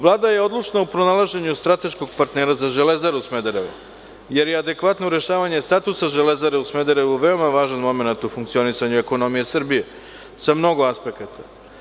Vlada je odlučna u pronalaženju strateškog partnera za „Železaru Smederevo“, jer je adekvatno rešavanje statusa železare u Smederevu veoma važan momenat u funkcionisanju ekonomije Srbije sa mnogo aspekata.